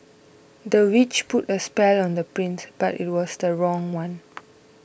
the witch put a spell on the prince but it was the wrong one